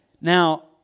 Now